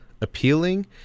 appealing